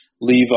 leave